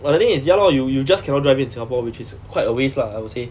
but the thing is ya lor you you just cannot drive it in singapore which is quite a waste lah I would say